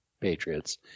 Patriots